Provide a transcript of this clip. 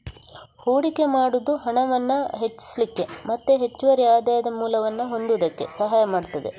ಹೂಡಿಕೆ ಮಾಡುದು ಹಣವನ್ನ ಹೆಚ್ಚಿಸ್ಲಿಕ್ಕೆ ಮತ್ತೆ ಹೆಚ್ಚುವರಿ ಆದಾಯದ ಮೂಲವನ್ನ ಹೊಂದುದಕ್ಕೆ ಸಹಾಯ ಮಾಡ್ತದೆ